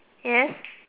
yes